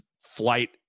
flight